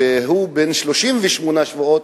בן 38 שבועות,